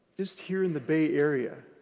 just here in the bay area,